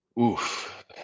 Oof